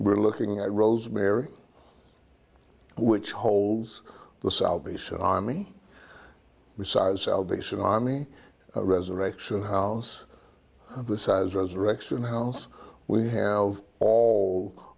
we're looking at rosemary which holds the salvation army size salvation army resurrection house besides resurrection house we have all